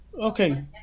Okay